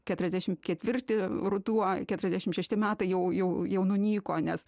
keturiasdešimt ketvirti ruduo keturiasdešimt šešti metai jau jau jau nunyko nes